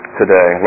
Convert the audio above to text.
today